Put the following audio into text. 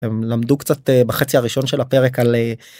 הם למדו קצת בחצי הראשון של הפרק על.